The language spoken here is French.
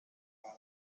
par